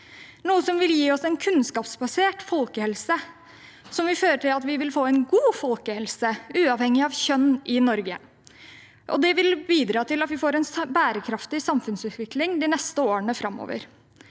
noe som vil gi oss en kunnskapsbasert folkehelse, som vil føre til at vi vil få en god folkehelse uavhengig av kjønn i Norge, og det vil bidra til at vi får en bærekraftig samfunnsutvikling de neste årene. Jeg vil